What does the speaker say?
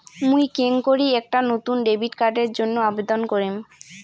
মুই কেঙকরি একটা নতুন ডেবিট কার্ডের জন্য আবেদন করিম?